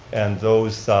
and those